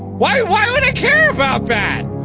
why why would i care about that?